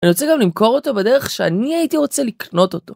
אני רוצה גם למכור אותו בדרך שאני הייתי רוצה לקנות אותו.